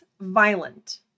violent